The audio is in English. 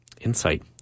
insight